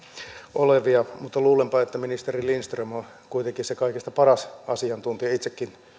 olevia asiantuntijoita mutta luulenpa että ministeri lindström on kuitenkin se kaikista paras asiantuntija itsekin